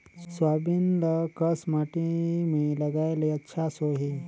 Soybean ल कस माटी मे लगाय ले अच्छा सोही?